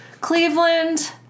Cleveland